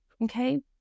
okay